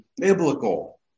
biblical